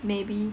maybe